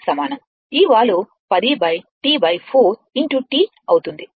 ఈ వాలు 10 T 4 t అవుతుంది